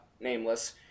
nameless